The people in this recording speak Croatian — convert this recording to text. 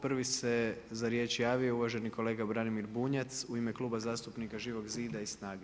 Prvi se za riječ javio uvaženi kolega Branimir Bunjac u ime Kluba zastupnika Živog zida i SNAGA-e.